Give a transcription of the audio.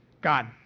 God